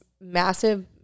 massive